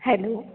hello